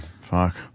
Fuck